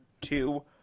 two